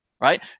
right